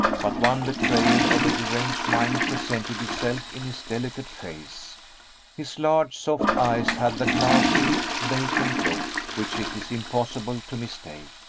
but one betrayal of a deranged mind presented itself in his delicate face his large soft eyes had the glassy, vacant look which it is impossible to mistake.